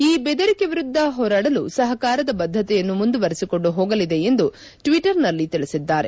ಈ ಬೆದರಿಕೆ ವಿರುದ್ದ ಹೋರಾಡಲು ಸಹಕಾರದ ಬದ್ದತೆಯನ್ನು ಮುಂದುವರೆಸಿಕೊಂಡು ಹೋಗಲಿದೆ ಎಂದು ಟ್ವಟರ್ನಲ್ಲಿ ತಿಳಿಸಿದ್ದಾರೆ